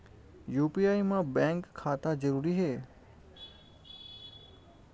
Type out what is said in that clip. UPI मा bank खाता जरूरी हे?